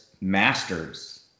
masters